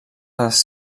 les